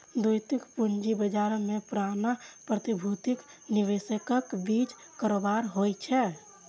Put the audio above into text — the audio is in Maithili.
द्वितीयक पूंजी बाजार मे पुरना प्रतिभूतिक निवेशकक बीच कारोबार होइ छै